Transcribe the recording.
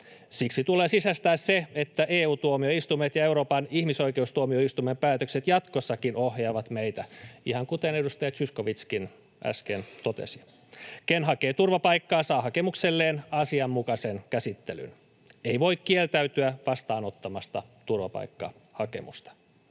Siksi tulee sisäistää se, että EU-tuomioistuimen ja Euroopan ihmisoikeustuomioistuimen päätökset jatkossakin ohjaavat meitä, ihan kuten edustaja Zyskowiczkin äsken totesi. Ken hakee turvapaikkaa, saa hakemukselleen asianmukaisen käsittelyn. Ei voi kieltäytyä vastaanottamasta turvapaikkahakemusta.